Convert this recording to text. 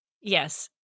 Yes